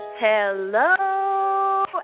Hello